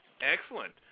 Excellent